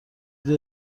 مدرن